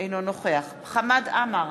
אינו נוכח חמד עמאר,